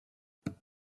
wir